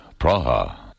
Praha